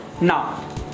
Now